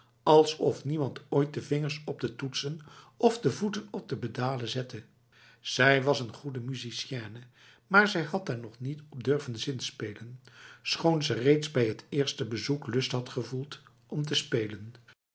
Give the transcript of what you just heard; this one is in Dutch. alsof niemand ooit de vingers op de toetsen of de voeten op de pedalen zette zij was een goede musicienne maar zij had daar nog niet op durven zinspelen schoon ze reeds bij het eerste bezoek lust had gevoeld om te spelen